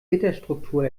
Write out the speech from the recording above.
gitterstruktur